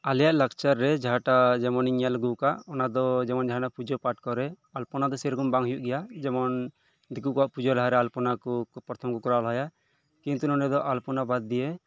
ᱟᱞᱮᱭᱟᱜ ᱞᱟᱠᱪᱟᱨ ᱨᱮ ᱡᱟᱦᱟᱸᱴᱟᱜ ᱡᱮᱢᱚᱱᱤᱧ ᱧᱮᱞ ᱟᱜᱩ ᱟᱠᱟᱫ ᱚᱱᱟ ᱫᱚ ᱡᱮᱢᱚᱱ ᱡᱟᱦᱟᱱᱟᱜ ᱯᱩᱡᱟᱹ ᱯᱟᱴ ᱠᱚᱨᱮ ᱟᱞᱯᱚᱱᱟ ᱫᱚ ᱥᱮ ᱨᱚᱠᱚᱢ ᱵᱟᱝ ᱦᱳᱭᱳᱜ ᱜᱮᱭᱟ ᱡᱮᱢᱚᱱ ᱫᱮᱹᱠᱳ ᱠᱚᱣᱟᱜ ᱯᱩᱡᱟᱹ ᱞᱟᱦᱟᱨᱮ ᱟᱞᱯᱚᱱᱟ ᱠᱚ ᱯᱚᱨᱛᱷᱚᱢ ᱠᱚ ᱠᱚᱨᱟᱣ ᱞᱟᱦᱟᱭᱟ ᱠᱤᱱᱛᱩ ᱱᱚᱰᱮ ᱫᱚ ᱟᱞᱯᱚᱱᱟ ᱵᱟᱫᱽ ᱫᱤᱭᱮ